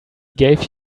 gave